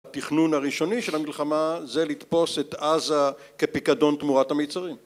התכנון הראשוני של המלחמה זה לתפוס את עזה כפיקדון תמורת המיצרים